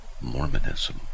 Mormonism